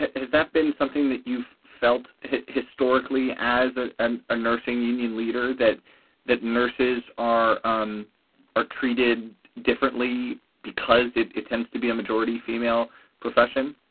has that been something that you've felt historically as ah and a nursing union leader that that nurses are um are treated differently because it it tends to be a majority female profession?